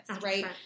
right